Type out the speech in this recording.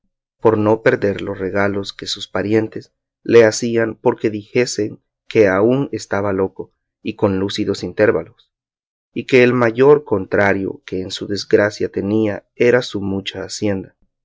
por no perder los regalos que sus parientes le hacían porque dijese que aún estaba loco y con lúcidos intervalos y que el mayor contrario que en su desgracia tenía era su mucha hacienda